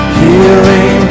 healing